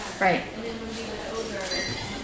Right